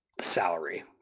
salary